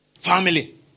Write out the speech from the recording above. Family